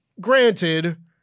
Granted